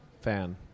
fan